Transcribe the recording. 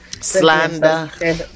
slander